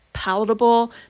palatable